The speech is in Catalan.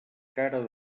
cara